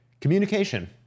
Communication